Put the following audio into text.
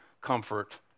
comfort